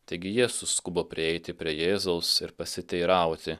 taigi jie suskubo prieiti prie jėzaus ir pasiteirauti